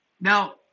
Now